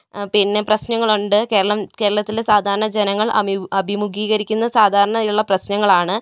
പിന്നെ പ്രശ്നങ്ങളുണ്ട് കേരളം കേരളത്തിലെ സാധാരണ ജനങ്ങൾ അഭിമുഖീകരിക്കുന്ന സാധാരണ ഉള്ള പ്രശ്നങ്ങളാണ്